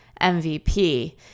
MVP